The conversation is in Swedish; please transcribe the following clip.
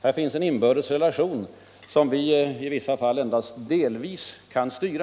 Här finns en inbördes relation som vi i vissa fall endast delvis kan styra.